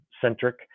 centric